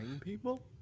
people